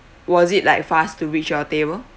was it like fast to reach your table